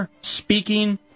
speaking